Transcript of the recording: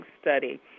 study